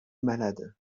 malade